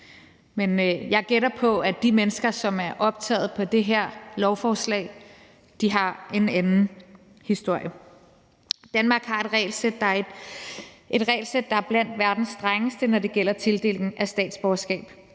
Men jeg gætter på, at de mennesker, som er optaget på det her lovforslag, har en anden historie. Danmark har et regelsæt, der er blandt verdens strengeste, når det gælder tildeling af statsborgerskab.